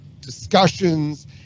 discussions